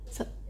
sor~